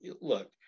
Look